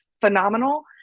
phenomenal